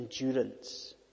endurance